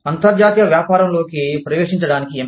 అంతర్జాతీయ వ్యాపారంలోకి ప్రవేశించడానికి ఎంపిక